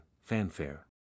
Fanfare